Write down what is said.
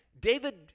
David